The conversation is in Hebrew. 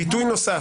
ביטוי נוסף,